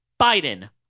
Biden